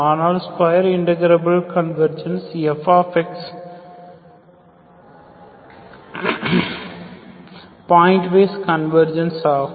ஆனால் ஸ்கொயர் இன்டர்கிராஃபில் convergence f pointwise convergence ஆகும்